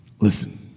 listen